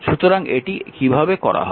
সুতরাং এটি কীভাবে করা হবে